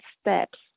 steps